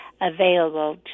available